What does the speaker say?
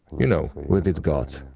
you know, with its gods.